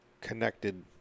connected